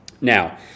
Now